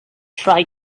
try